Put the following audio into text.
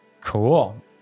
Cool